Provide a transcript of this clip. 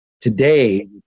Today